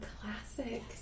classic